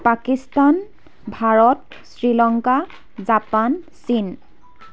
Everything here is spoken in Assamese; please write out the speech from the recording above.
পাকিস্তান ভাৰত শ্ৰীলংকা জাপান চীন